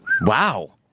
Wow